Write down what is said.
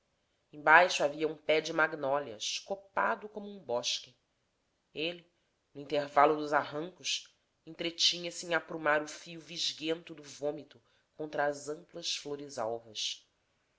embaixo havia um pé de magnólias copado como um bosque ele no intervalo dos arrancos entretinha-se em aprumar o fio visguento do vômito contra as amplas flores alvas